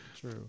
true